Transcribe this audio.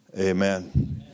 Amen